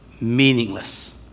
meaningless